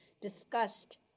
discussed